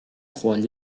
croît